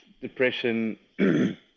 depression